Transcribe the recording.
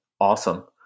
awesome